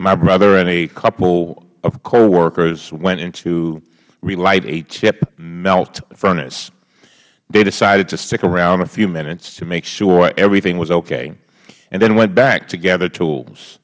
my brother and a couple of co workers went in to relight a chip melt furnace they decided to stick around a few minutes to make sure everything was okay and then went back to gather tools